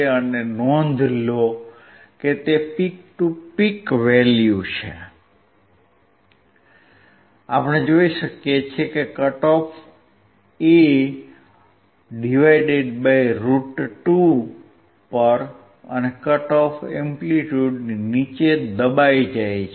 અને નોંધ લો કે તે પીક ટુ પીક વેલ્યુ છે આપણે જોઈ શકીએ છીએ કે કટ ઓફ A√2 પર અને કટ ઓફ એમ્પ્લિટ્યુડ નીચે દબાઈ જાય છે